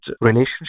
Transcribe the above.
relationship